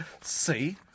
See